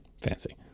fancy